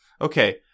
Okay